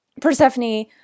persephone